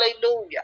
Hallelujah